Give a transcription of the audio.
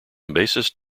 bassist